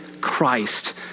Christ